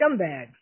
scumbags